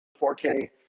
4k